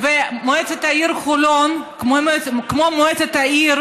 מועצת העיר חולון, כמו מועצת העיר